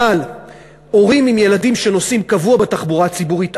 אבל הורים עם ילדים שנוסעים קבוע בתחבורה ציבורית,